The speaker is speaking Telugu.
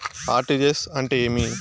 ఆర్.టి.జి.ఎస్ అంటే ఏమి?